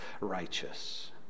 righteous